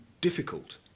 difficult